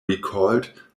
recalled